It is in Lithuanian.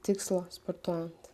tikslo sportuojant